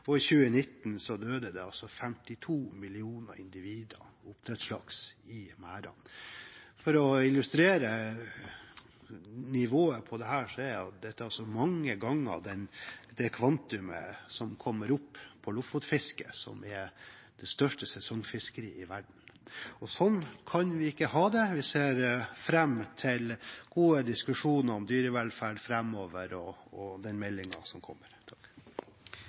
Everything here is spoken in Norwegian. og i 2019 døde det altså 52 millioner oppdrettslaks i merdene. For å illustrere nivået på dette er det altså mange ganger det kvantum som blir tatt opp i lofotfisket, som er det største sesongfisket i verden. Sånn kan vi ikke ha det. Vi ser fram til gode diskusjoner om dyrevelferd framover og den meldingen som kommer.